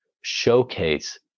showcase